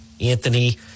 Anthony